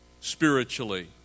spiritually